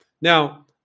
Now